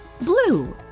Blue